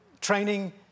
training